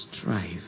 Strive